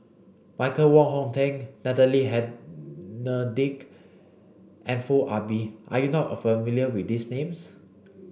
Michael Wong Hong Teng Natalie Hennedige and Foo Ah Bee are you not familiar with these names